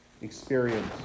experience